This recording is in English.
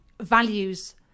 values